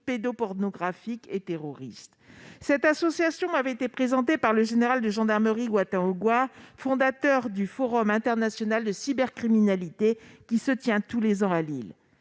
pédopornographiques et terroristes. Cette association avait été présentée par le général de gendarmerie Watin-Augouard, fondateur du forum international de cybercriminalité, qui se tient tous les ans à Lille.